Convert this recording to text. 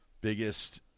biggest –